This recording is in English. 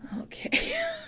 Okay